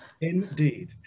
Indeed